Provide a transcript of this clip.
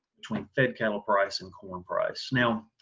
between fed cattle price and corn price. now,